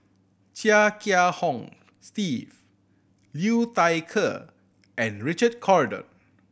Chia Kiah Hong Steve Liu Thai Ker and Richard Corridon